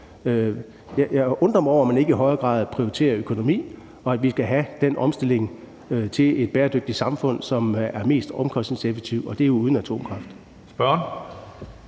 Jeg undrer mig over, at man ikke i højere grad prioriterer økonomi, og at vi skal have den omstilling til et bæredygtigt samfund, som er mest omkostningseffektiv, og det er uden atomkraft. Kl.